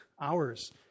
hours